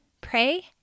Pray